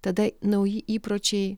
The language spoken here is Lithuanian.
tada nauji įpročiai